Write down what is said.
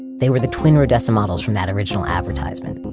they were the twin rodessa models from that original advertisement,